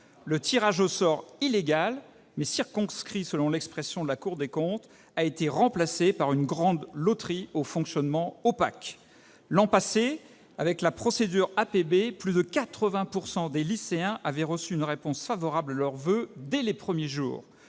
Le tirage au sort illégal, mais circonscrit, selon l'expression de la Cour des comptes, a été remplacé par une grande loterie au fonctionnement opaque. L'an passé, avec la procédure APB, plus de 80 % des lycéens avaient reçu une réponse favorable à leurs voeux dès les premiers jours.